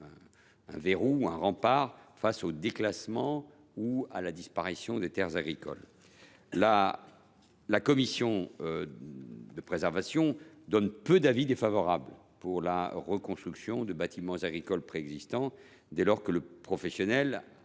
un verrou ou un rempart face au déclassement ou à la disparition des terres agricoles. Notez que la CDPENAF rend peu d’avis défavorables pour la reconstruction de bâtiments agricoles préexistants, dès lors que le professionnel